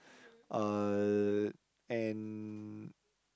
uh and